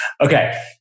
Okay